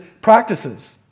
practices